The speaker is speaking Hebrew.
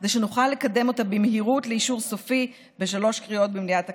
כדי שנוכל לקדם אותה במהירות לאישור סופי בשלוש קריאות במליאת הכנסת.